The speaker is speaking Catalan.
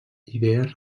idees